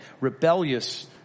rebellious